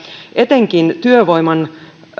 etenkin tätä työvoiman